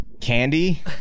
Candy